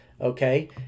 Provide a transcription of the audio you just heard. okay